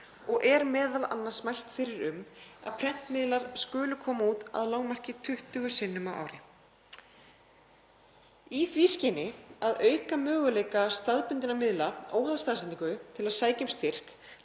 og er m.a. mælt fyrir um að prentmiðlar skulu koma út að lágmarki 20 sinnum á ári. Í því skyni að auka möguleika staðbundinna miðla, óháð staðsetningu, til að sækja um styrk